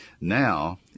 Now